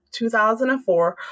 2004